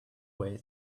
way